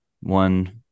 one